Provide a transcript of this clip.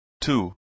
two